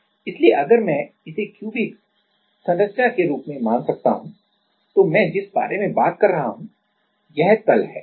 इसलिए अगर मैं इसे क्यूब क्यूबिक संरचना के रूप में मान सकता हूं तो मैं जिस बारे में बात कर रहा हूं यह तल है